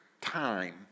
time